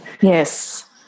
Yes